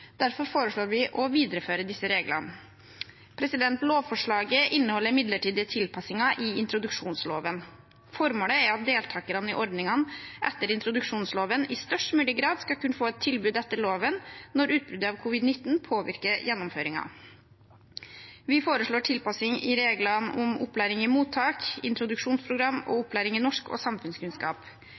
Derfor foreslår vi å videreføre disse reglene. Lovforslaget inneholder midlertidige tilpasninger i introduksjonsloven. Formålet er at deltakerne i ordningene etter introduksjonsloven i størst mulig grad skal kunne få et tilbud etter loven når utbruddet av covid-19 påvirker gjennomføringen. Vi foreslår tilpasning i reglene om opplæring i mottak, introduksjonsprogram og opplæring i norsk og samfunnskunnskap.